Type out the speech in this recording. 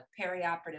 perioperative